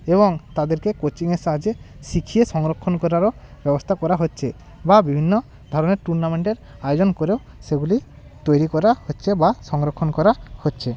এবং তাদেরকে কোচিংয়ের সাহায্যে শিখিয়ে সংরক্ষণ করারও ব্যবস্থা করা হচ্ছে বা বিভিন্ন ধরনের টুর্নামেন্টের আয়োজন করেও সেগুলি তৈরি করা হচ্ছে বা সংরক্ষণ করা হচ্ছে